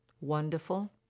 wonderful